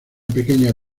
pequeña